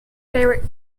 favourite